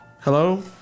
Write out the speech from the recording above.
Hello